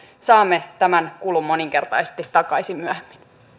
saamme tämän kulun moninkertaisesti takaisin myöhemmin